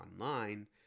online